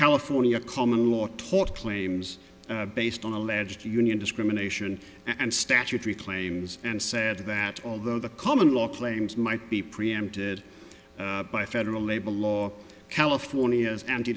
california common law tort claims based on alleged union discrimination and statutory claims and said that although the common law claims might be preempted by federal labor law california's anti